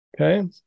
Okay